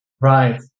Right